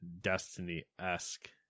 Destiny-esque